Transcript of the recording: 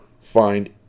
find